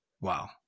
Wow